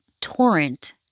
torrent